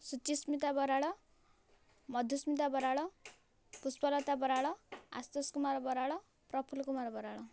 Suchismita Baral Madhusmita Baral Pushpalata Baral Ashish Kumar Baral Prafulla Kumar Baral